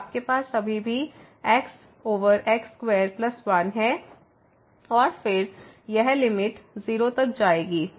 तो आपके पास अभी भी xx2 1 है और फिर यह लिमिट 0 तक जाएगी